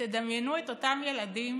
ותדמיינו את אותם ילדים